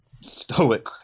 stoic